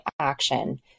action